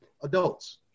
adults